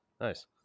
Nice